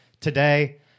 today